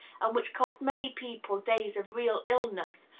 and which cost many people days of real illness,